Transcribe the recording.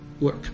work